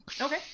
okay